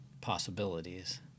possibilities